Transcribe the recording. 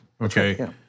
okay